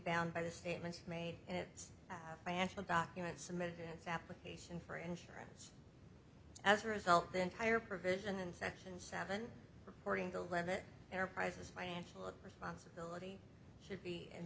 bound by the statements made in its financial documents submitted in its application for insurance as a result the entire provision in section seven reporting the limit enterprise's financial responsibility should be